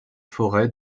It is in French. forêts